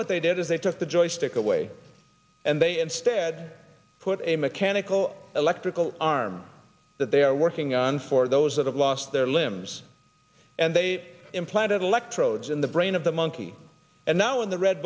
what they did is they took the joystick away and they instead put a mechanical electrical arm that they are working on for those that have lost their limbs and they implanted electrodes in the brain of the monkey and now when the red